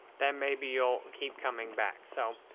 then maybe you'll keep coming back. so,